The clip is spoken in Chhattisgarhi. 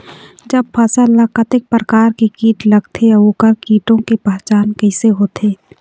जब फसल ला कतेक प्रकार के कीट लगथे अऊ ओकर कीटों के पहचान कैसे होथे?